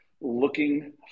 looking